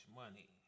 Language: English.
money